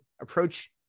approach